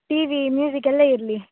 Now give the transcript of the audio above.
TV music ಎಲ್ಲ ಇರಲಿ